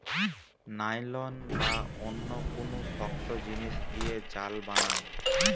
nylon বা অন্য কুনু শক্ত জিনিস দিয়ে জাল বানায়